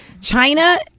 China